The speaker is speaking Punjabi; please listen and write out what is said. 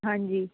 ਹਾਂਜੀ